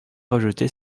rejeter